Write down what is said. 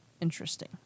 Interesting